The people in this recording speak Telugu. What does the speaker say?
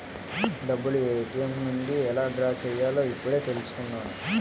డబ్బులు ఏ.టి.ఎం నుండి ఎలా డ్రా చెయ్యాలో ఇప్పుడే తెలుసుకున్నాను